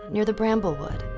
near the bramblewood.